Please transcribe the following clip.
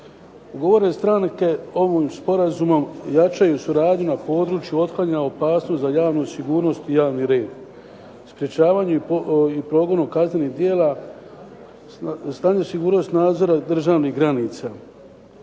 Ugovorne stranke ovim sporazumom jačaju suradnju na području otklanjanja opasnosti za javnu sigurnost i javni red, sprečavanju i progonu kaznenih djela, stanje sigurnosti nadzora državnih granica.